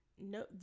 No